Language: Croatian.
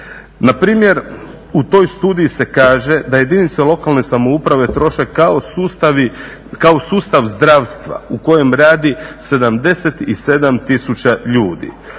Npr. u toj studiji se kaže da jedinice lokalne samouprave troše kao sustav zdravstva u kojem radi 77 tisuća ljudi.